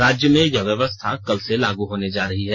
राज्य में यह व्यवस्था कल से लागू होने जा रही है